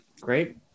great